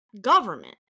government